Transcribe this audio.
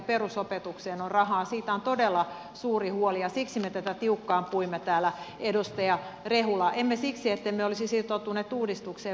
siitä on todella suuri huoli ja siksi me tätä tiukkaan puimme täällä edustaja rehula emme siksi ettemme olisi sitoutuneet uudistukseen